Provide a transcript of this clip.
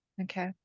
Okay